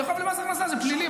זה חוב למס הכנסה, זה פלילי.